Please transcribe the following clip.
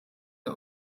der